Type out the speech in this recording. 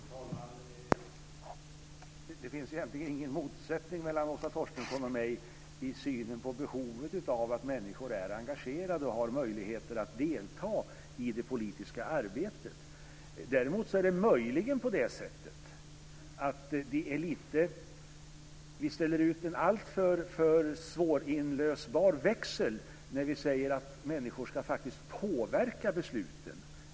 Fru talman! Det finns egentligen ingen motsättning mellan Åsa Torstensson och mig i synen på behovet av att människor är engagerade och har möjligheter att delta i det politiska arbetet. Däremot är det möjligen så att vi ställer ut en alltför svårinlösbar växel när vi säger att människor faktiskt ska påverka besluten.